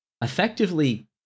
effectively